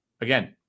Again